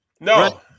No